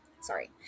sorry